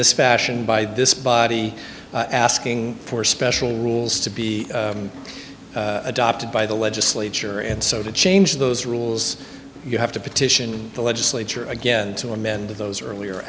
this fashion by this body asking for special rules to be adopted by the legislature and so to change those rules you have to petition the legislature again to amend those earlier